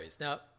Now